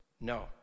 no